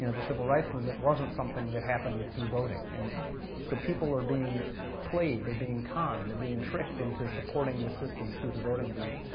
you know the civil rights movement wasn't something that happened through voting. and so people are being played, they're being conned, they're being tricked into supporting this system through the voting booth,